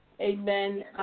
Amen